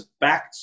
back